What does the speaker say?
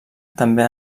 també